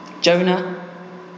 Jonah